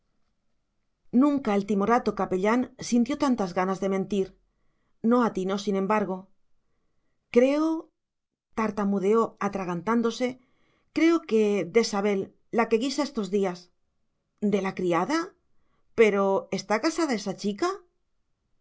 nunca el timorato capellán sintió tantas ganas de mentir no atinó sin embargo creo tartamudeó atragantándose creo que de sabel la que guisa estos días de la criada pero está casada esa chica